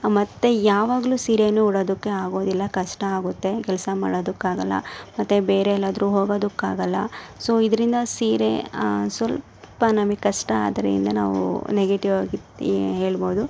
ಮತ್ತು ಯಾವಾಗಲೂ ಸೀರೆ ಉಡೋದಕ್ಕೆ ಆಗೋದಿಲ್ಲ ಕಷ್ಟ ಆಗುತ್ತೆ ಕೆಲಸ ಮಾಡೋದಕ್ಕಾಗಲ್ಲ ಮತ್ತು ಬೇರೆ ಎಲ್ಲಾದರೂ ಹೋಗೋದಕ್ಕಾಗಲ್ಲ ಸೊ ಇದರಿಂದ ಸೀರೆ ಸ್ವಲ್ಪ ನಮಗ್ ಕಷ್ಟ ಆದ್ರಿಂದ ನಾವು ನೆಗೆಟಿವ್ ಆಗಿ ಏ ಹೇಳ್ಬೋದು